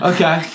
Okay